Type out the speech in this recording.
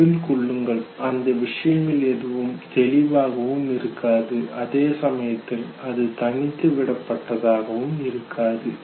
நினைவில் கொள்ளுங்கள் அந்த விஷயங்கள் எதுவும் தெளிவாகவும் இருக்காது அதே சமயத்தில் அது தனித்து விடப்பட்ட தாகவும் இருக்காது